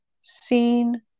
seen